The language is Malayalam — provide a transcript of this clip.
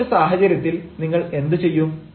അത്തരമൊരു സാഹചര്യത്തിൽ നിങ്ങൾ എന്തു ചെയ്യും